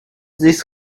this